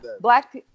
black